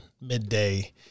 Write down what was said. midday